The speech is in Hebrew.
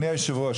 אדוני היושב-ראש,